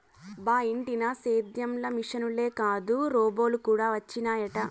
బా ఇంటినా సేద్యం ల మిశనులే కాదు రోబోలు కూడా వచ్చినయట